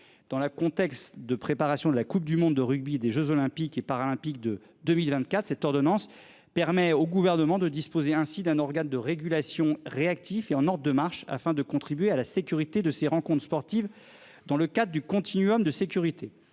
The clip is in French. dans la contexte de préparation de la Coupe du monde de rugby des Jeux olympiques et paralympiques de 2024. Cette ordonnance permet au gouvernement de disposer ainsi d'un organe de régulation réel. Et au nord de marche afin de contribuer à la sécurité de ces rencontre sportive. Dans le cas du continuum de sécurité